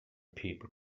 people